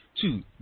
Two